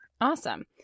Awesome